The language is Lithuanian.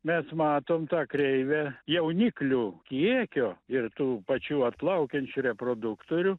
mes matom tą kreivę jauniklių kiekio ir tų pačių atplaukiančių reproduktorių